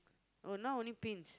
oh now only pins